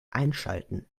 einschalten